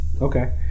Okay